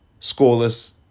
scoreless